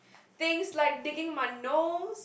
things like digging my nose